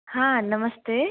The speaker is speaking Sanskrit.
हा नमस्ते